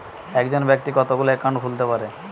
একজন ব্যাক্তি কতগুলো অ্যাকাউন্ট খুলতে পারে?